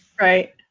right